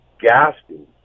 gasping